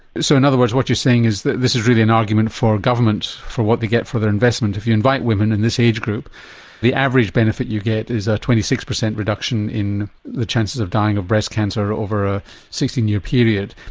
so in other words what you're saying is that this is really an argument for government for what they get for their investment. if you invite women in this age group the average benefit you get is a twenty six percent reduction in the chances of dying of breast cancer over a sixteen year period.